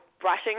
brushing